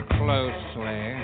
closely